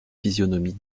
physionomie